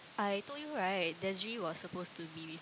I told you right Desiree was supposed to be with